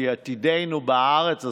כי עתידנו בארץ הזאת,